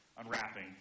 unwrapping